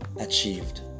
Achieved